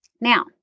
Now